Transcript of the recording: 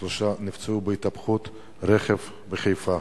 שלושה נפצעו בהתהפכות רכב בחיפה.